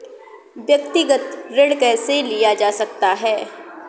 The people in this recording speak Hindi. व्यक्तिगत ऋण कैसे लिया जा सकता है?